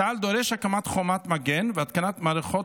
צה"ל דורש הקמת חומת מגן והתקנת מערכות